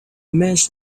mashed